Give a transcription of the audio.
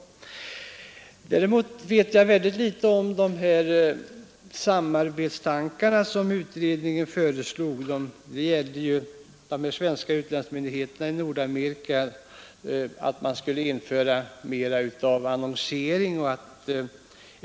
aktningsvärd ålder att han bör gå i pension. Samtidigt har man haft problem med sättare och tryckare, men nu skall det ordna sig genom det Jag känner mycket litet det samarbete utredningen föreslår; det gällde de svenska utlandsmyndigheterna i Nordamerika, och avsikten var att man skulle införa mer annonsering.